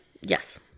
Yes